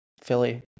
Philly